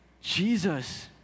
Jesus